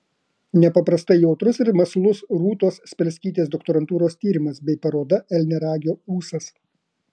nepaprastai jautrus ir mąslus rūtos spelskytės doktorantūros tyrimas bei paroda elniaragio ūsas